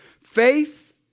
faith